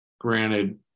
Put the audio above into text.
granted